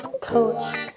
coach